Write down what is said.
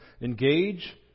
Engage